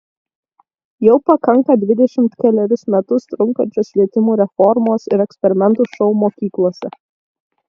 jau pakanka dvidešimt kelerius metus trunkančios švietimo reformos ir eksperimentų šou mokyklose